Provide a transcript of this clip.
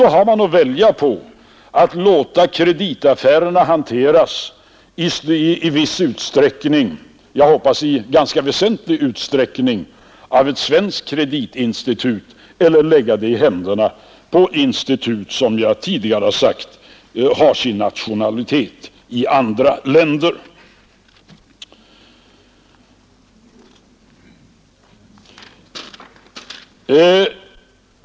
Då har man att välja mellan att låta kreditaffärerna i viss utsträckning — jag hoppas i ganska väsentlig utsträckning — hanteras av ett svenskt kreditinstitut eller att lägga dem i händerna på institut som, vilket jag tidigare sagt, har annan nationalitet.